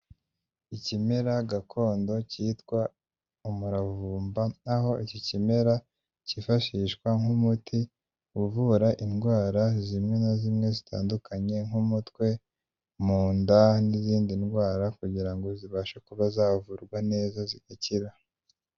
Ikimera gakondo cyitwa umuravumba, aho iki kimera cyifashishwa nk'umuti uvura indwara zimwe na zimwe zitandukanye nk'umutwe, mu nda n'izindi ndwara kugira ngo zibashe kuba zavurwa neza zigakira.